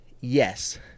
yes